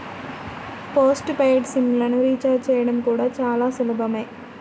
post paid SIM లను recharge చేయడం కూడా చాలా సులభమే